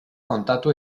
kontatu